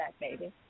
baby